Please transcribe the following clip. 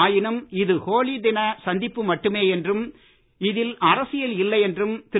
ஆயினும் இது ஹோலி தின சந்திப்பு மட்டுமே என்றும் இதில் அரசியல் இல்லை என்றும் திரு